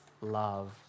love